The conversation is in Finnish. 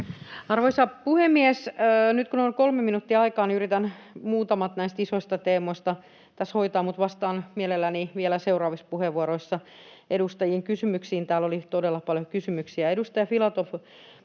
Arvoisa puhemies! Nyt kun on 3 minuuttia aikaa, niin yritän muutamat näistä isoista teemoista tässä hoitaa, mutta vastaan mielelläni vielä seuraavissa puheenvuoroissa edustajien kysymyksiin. Täällä oli todella paljon kysymyksiä. Edustaja Filatov